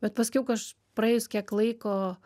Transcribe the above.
bet paskiau kaž praėjus kiek laiko